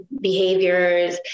behaviors